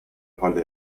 حال